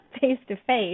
face-to-face